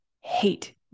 hate